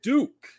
Duke